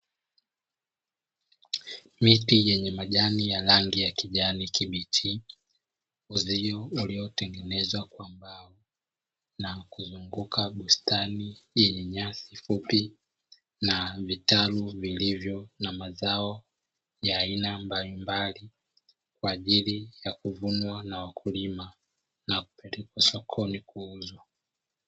Miti yenye majani ya rangi ya kijani kibichi, uzio uliotengenezwa kwa mbao na kuzunguka bustani yenye nyasi fupi, na vitalu vilivyo na mazao ya aina mbalimbali kwa ajili ya kuvunwa na wakulima na kupelekwa sokoni kuuzwa.